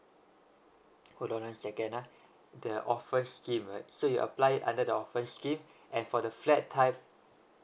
hold on a second ah the orphan scheme right so you apply under the orphan scheme and for the flat type